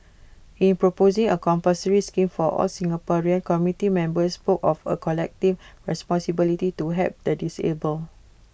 in proposing A compulsory scheme for all Singaporeans committee members spoke of A collective responsibility to help the disabled